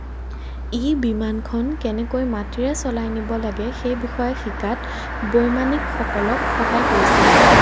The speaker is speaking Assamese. ই বিমানখন কেনেকৈ মাটিৰে চলাই নিব লাগে সেই বিষয়ে শিকাত বৈমানিকসকলক সহায় কৰিছিল